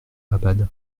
abad